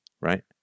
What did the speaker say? right